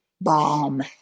bomb